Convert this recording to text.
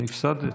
הפסדת.